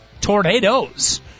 tornadoes